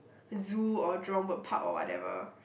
Zoo or Jurong-Bird-Park or whatever